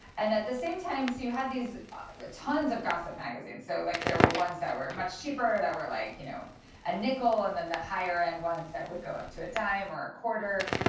and at the same time so you had tons of gossip magazines. so like there were ones that were much cheaper, that were like you know a nickel, and then the higher end ones that would go up to a dime or a quarter,